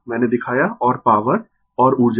मैंने दिखाया और पॉवर और ऊर्जा